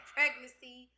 Pregnancy